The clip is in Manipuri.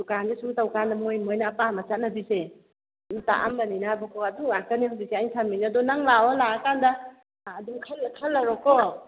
ꯗꯨꯀꯥꯟꯁꯤ ꯁꯨꯝ ꯇꯧꯀꯥꯟꯗ ꯃꯣꯏ ꯃꯣꯏꯅ ꯄꯥꯝꯕ ꯆꯠꯅꯕꯤꯁꯦ ꯁꯨꯝ ꯇꯥꯛꯑꯝꯕꯅꯤꯅꯕꯀꯣ ꯑꯗꯨ ꯉꯥꯛꯇꯅꯤ ꯍꯧꯖꯤꯛꯁꯦ ꯑꯩ ꯊꯝꯃꯤꯁꯦ ꯑꯗꯣ ꯅꯪ ꯂꯥꯛꯑꯣ ꯂꯥꯛꯑꯀꯥꯟꯗ ꯑꯗꯨꯝ ꯈꯜ ꯈꯜꯂꯔꯣꯀꯣ